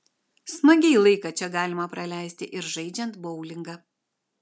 smagiai laiką čia galima praleisti ir žaidžiant boulingą